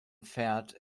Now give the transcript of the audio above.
pferd